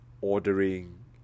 ordering